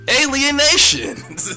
alienation